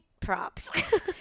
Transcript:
props